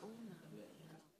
אני יכולה במקומה.